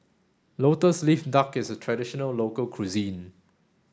lotus leaf duck is a traditional local cuisine